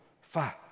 five